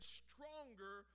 stronger